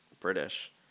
British